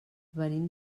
venim